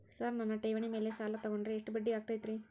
Sir ನನ್ನ ಠೇವಣಿ ಮೇಲೆ ಸಾಲ ತಗೊಂಡ್ರೆ ಎಷ್ಟು ಬಡ್ಡಿ ಆಗತೈತ್ರಿ?